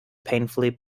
painfully